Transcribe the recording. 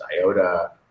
Iota